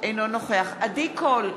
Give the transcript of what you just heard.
אינו נוכח עדי קול,